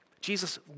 Jesus